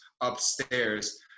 upstairs